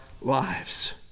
lives